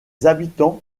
habitants